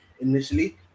initially